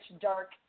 dark